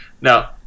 Now